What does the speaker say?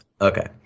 Okay